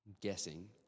guessing